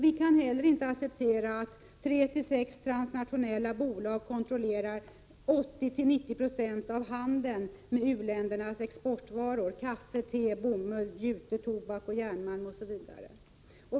Vi kan heller inte acceptera att 3—6 transnationella bolag kontrollerar 80-90 26 av handeln med u-ländernas exportvaror, kaffe, te, bomull, jute, tobak, järnmalm osv.